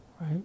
right